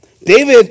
David